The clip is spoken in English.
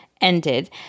ended